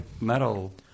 metal